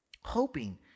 hoping